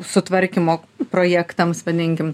sutvarkymo projektams vadinkim